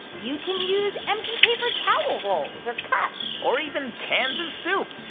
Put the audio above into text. you can use empty paper towel rolls or cups or even cans of soup.